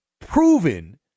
proven